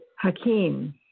Hakeem